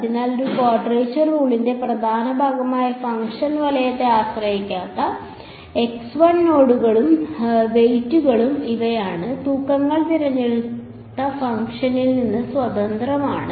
അതിനാൽ ഒരു ക്വാഡ്രേച്ചർ റൂളിന്റെ പ്രധാന ഭാഗമായ ഫംഗ്ഷൻ വലത്തെ ആശ്രയിക്കാത്ത നോഡുകളും വെയ്റ്റുകളും ഇവയാണ് തൂക്കങ്ങൾ തിരഞ്ഞെടുത്ത ഫംഗ്ഷനിൽ നിന്ന് സ്വതന്ത്രമാണ്